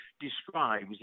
describes